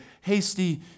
hasty